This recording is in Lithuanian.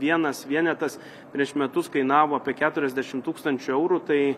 vienas vienetas prieš metus kainavo apie keturiasdešimt tūkstančių eurų tai